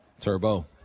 Turbo